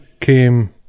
came